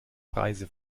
preise